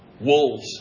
wolves